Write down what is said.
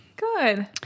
Good